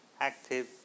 active